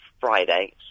Friday